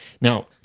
Now